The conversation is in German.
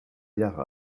jahre